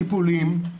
טיפולים.